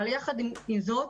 יחד עם זאת,